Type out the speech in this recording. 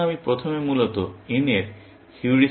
এখন আমি প্রথমে মূলত n এর হিউরিস্টিক মান পরিবর্তন করতে চাই